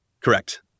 Correct